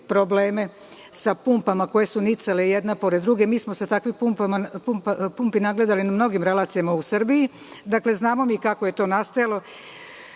sa pumpama koje su nicale jedne pored druge. Takvih pumpi smo se nagledali na mnogim relacijama u Srbiji. Dakle, znamo kako je to nastajalo,